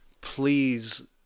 please